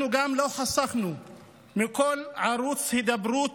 אנחנו גם לא חסכנו בכל ערוץ הידברות